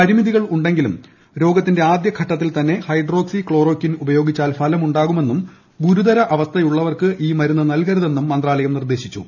പരിമിതികളുണ്ടെങ്കിലും രോഗത്തിന്റെ ആദ്യഘട്ടത്തിൽ തന്നെ ഹൈഡ്രോക്സി ക്ലോറോക്വിൻ ഉപയോഗിച്ചാൽ ഫലമുണ്ടാകുമെന്നും ഗുരുതര അവസ്ഥയുള്ളവർക്ക് ഈ മരുന്ന് നൽകരുതെന്നും മന്ത്രാലയം നിർദ്ദേശിച്ചു